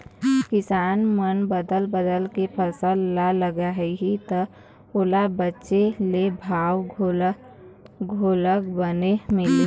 किसान मन बदल बदल के फसल ल लगाही त ओला बेचे ले भाव घलोक बने मिलही